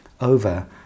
over